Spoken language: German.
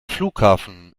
flughafen